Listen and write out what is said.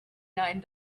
nine